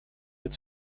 wird